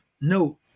no